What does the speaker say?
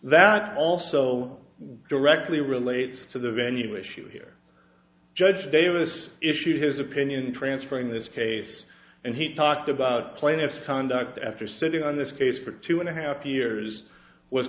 that also directly relates to the venue issue here judge davis issued his opinion transferring this case and he talked about plaintiff's conduct after sitting on this case for two and a half years was